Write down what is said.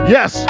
Yes